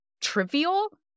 trivial